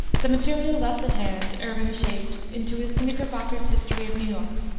the material thus at hand irving shaped into his knickerbocker's history of new york,